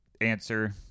answer